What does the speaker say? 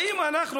האם אנחנו,